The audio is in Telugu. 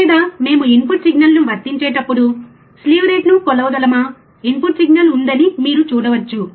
లేదా మేము ఇన్పుట్ సిగ్నల్ను వర్తించేటప్పుడు స్లీవ్ రేటును కొలవగలమా ఇన్పుట్ సిగ్నల్ ఉందని మీరు చూడవచ్చు